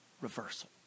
reversal